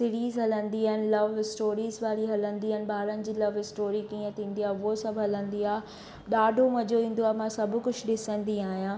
series हलंदी आहिनि love stories वारी हलंदी आहिनि ॿारनि जी लव स्टोरी कीअं थींदी आहे उहो सभु हलंदी आहे ॾाढो मज़ो ईंदो आहे मां सभु कुझु ॾिसंदी आहियां